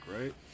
right